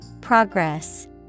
progress